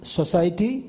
society